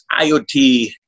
IoT